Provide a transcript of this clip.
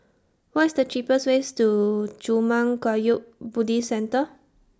What IS The cheapest ways to Zurmang Kagyud Buddhist Centre